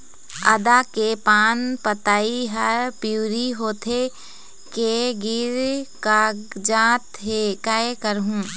आदा के पान पतई हर पिवरी होथे के गिर कागजात हे, कै करहूं?